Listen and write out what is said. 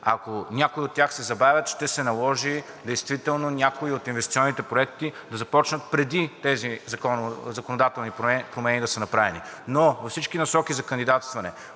ако някои от тях се забавят, ще се наложи действително някои от инвестиционните проекти да започнат преди тези законодателни промени да са направени. Във всички насоки за кандидатстване,